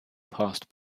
passed